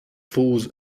fools